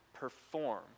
perform